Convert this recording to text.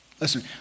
Listen